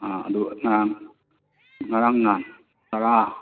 ꯑꯥ ꯑꯗꯨ ꯉꯔꯥꯡ ꯉꯔꯥꯡ ꯅꯍꯥꯟ ꯆꯔꯥ